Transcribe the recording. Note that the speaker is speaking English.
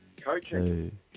Coaching